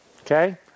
Okay